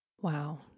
Wow